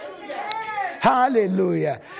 Hallelujah